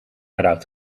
eruit